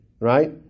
right